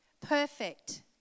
perfect